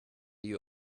you